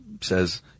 says